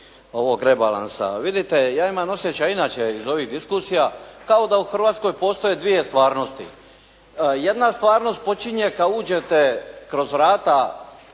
ovog rebalansa. Vidite ja imam osjećaj inače iz ovih diskusija, kao da u Hrvatskoj postoje dvije stvarnosti. Jedna stvarnost počine kada uđete kroz vrata